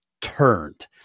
turned